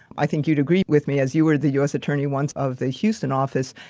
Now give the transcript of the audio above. i think you'd agree with me as you were the us attorney once of the houston office,